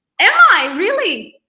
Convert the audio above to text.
am i really?